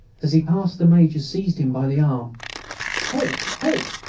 as he passed the major seized him by the arm halt! halt!